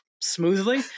smoothly